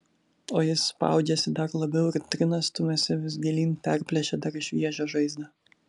o jis spaudžiasi dar labiau ir trina stumiasi vis gilyn perplėšia dar šviežią žaizdą